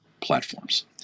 platforms